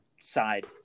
side